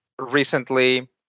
recently